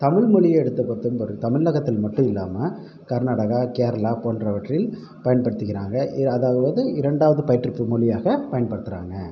தமிழ்மொழியை எடுத்து பார்த்தும் பொருள் தமிழகத்தில் மட்டும் இல்லாமல் கர்நாடகா கேரளா போன்றவற்றில் பயன்படுத்திக்கிறாங்கள் இ அதாவது இரண்டாவது பயிற்றுவிப்பு மொழியாக பயன்படுத்தறாங்க